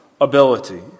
ability